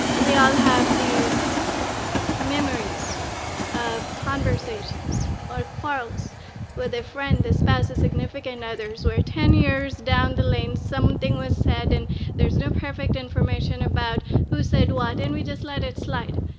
and we all have these memories of conversations or quarrels with a friend, a spouse, a significant others, where ten years down the lane something was said and there's imperfect information about who said what and we just let it slide.